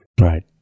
Right